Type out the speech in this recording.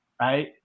right